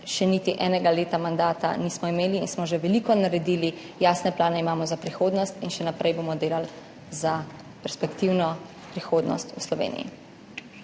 še niti eno leto in smo že veliko naredili. Jasne plane imamo za prihodnost in še naprej bomo delali za perspektivno prihodnost v Sloveniji.